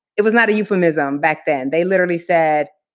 it was not a euphemism back then. they literally said,